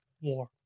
War